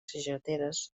sageteres